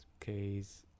case